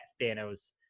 Thanos